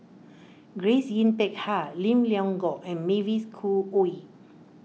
Grace Yin Peck Ha Lim Leong Geok and Mavis Khoo Oei